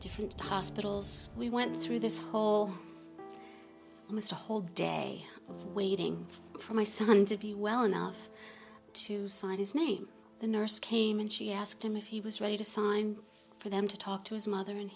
different hospitals we went through this whole list a whole day waiting for my son to be well enough to sign his name the nurse came and she asked him if he was ready to sign for them to talk to his mother and